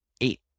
Eight